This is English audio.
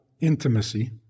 intimacy